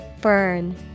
Burn